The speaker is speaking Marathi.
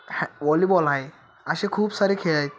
हॅ वॉलीबॉल आहे असे खूप सारे खेळ आहेत